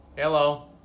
Hello